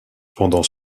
pendant